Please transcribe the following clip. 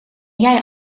jij